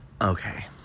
Okay